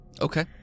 Okay